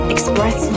Express